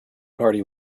party